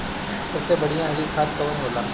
सबसे बढ़िया हरी खाद कवन होले?